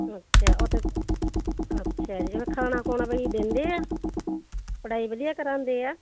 ਅੱਛਾ ਉਥੇ ਅੱਛਾ ਜੀ ਖਾਣਾ ਖੁਣਾ ਵੀ ਦਿੰਦੇ ਆ ਪੜ੍ਹਾਈ ਵਧੀਆ ਕਰਾਉਂਦੇ ਆ